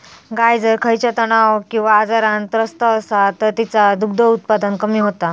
गाय जर खयच्या तणाव किंवा आजारान त्रस्त असात तर तिचा दुध उत्पादन कमी होता